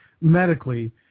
medically